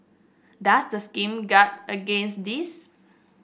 does the scheme guard against this